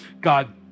God